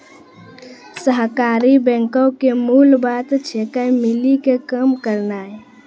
सहकारी बैंको के मूल बात छिकै, मिली के काम करनाय